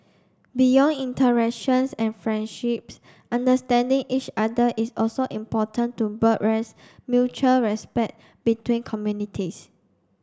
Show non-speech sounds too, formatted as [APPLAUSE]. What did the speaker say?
beyond interactions and friendships understanding each other is also important to [UNINTELLIGIBLE] mutual respect between communities